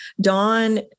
Dawn